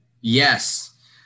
Yes